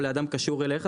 או לאדם קשור אליך,